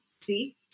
see